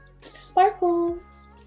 Sparkles